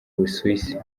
busuwisi